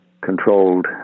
controlled